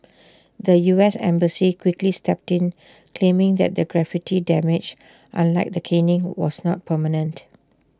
the U S embassy quickly stepped in claiming that the graffiti damage unlike the caning was not permanent